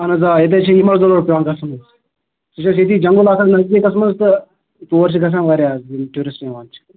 اَہَن حظ آ ییٚتہِ حظ چھِ یِمَن ضروٗر پیٚوان گژھُن حظ یہِ چھُ اَسہِ ییٚتی جنگُل آسان نٔزدیٖکس منٛز تہٕ تور چھِ گژھان واریاہ یِم ٹوٗرسِٹ یِوان چھِ